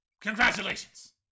Congratulations